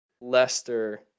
Leicester